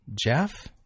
Jeff